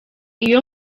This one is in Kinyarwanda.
iyo